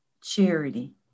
charity